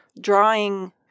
Drawing